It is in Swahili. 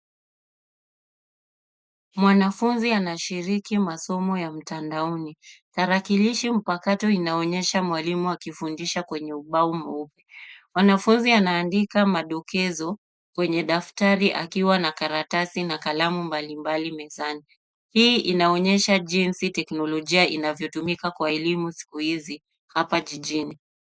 Mwanafunzi anashiriki masomo ya mtandaoni, tarakilishi mpakato inaonyesha mwalimu akifundisha kwenye ubao mweupe. Mwanafunzi anaandika madokezo kwenye daftari akiwa na karatasi na kalamu mbalimbali mezani. Hii inaonyesha jinsi teknolojia inavyotumika kwa elimu siku hizi, hapa jijini.